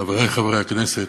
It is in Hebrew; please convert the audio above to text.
חברי חברי הכנסת,